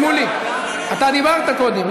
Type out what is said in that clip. חבר הכנסת שמולי, אתה דיברת קודם.